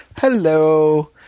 Hello